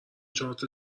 چارت